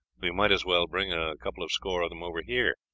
we might as well bring a couple of score of them over here.